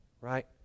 Right